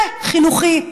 זה חינוכי.